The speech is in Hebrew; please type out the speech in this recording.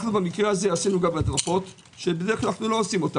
במקרה הזה עשינו גם הדרכות שבדרך כלל אנחנו לא עושים.